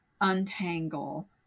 untangle